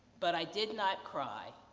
but i did not cry,